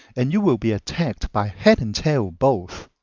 and you will be attacked by head and tail both.